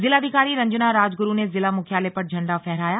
जिलाधिकारी रंजना राजग्रु ने जिला मुख्यालय पर झंडा फहराया